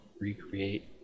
recreate